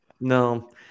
no